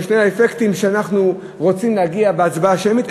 או לשני האפקטים שאנחנו רוצים להגיע אליהם בהצבעה שמית,